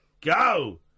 go